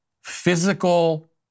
physical